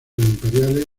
imperiales